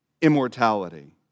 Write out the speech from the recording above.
immortality